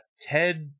Ted